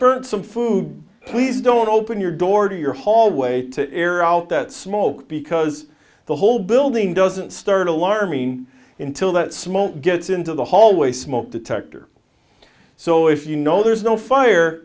burnt some food please don't open your door to your hallway to air out that smoke because the whole building doesn't start alarming intil that smoke gets into the hallway smoke detector so if you know there's no fire